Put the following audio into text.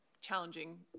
challenging